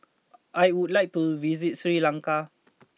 I would like to visit Sri Lanka